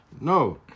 No